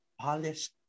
Polished